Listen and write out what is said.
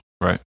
Right